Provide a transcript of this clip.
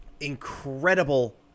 incredible